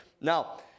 Now